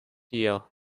year